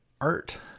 art